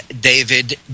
david